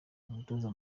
umutoza